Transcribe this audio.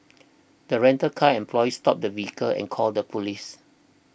the rental car employee stopped the vehicle and called the police